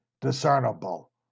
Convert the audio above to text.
discernible